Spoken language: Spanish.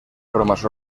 formas